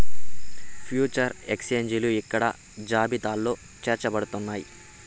future ఎక్స్చేంజిలు ఇక్కడ జాబితాలో చేర్చబడుతున్నాయి